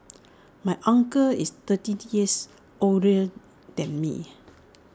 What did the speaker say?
my uncle is thirty years older than me